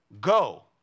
Go